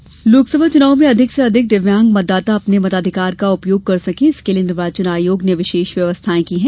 दिव्यांग मतदाता लोकसभा चुनाव में अधिक से अधिक दिव्यांग मतदाता अपने मताधिकार का उपयोग कर सकें इसके लिए निर्वाचन आयोग ने विशेष व्यवस्थायें की हैं